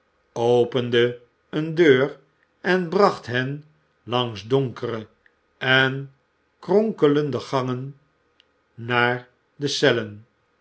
opende eene deur en bracht hen langs donkere en monkelende gangen naar de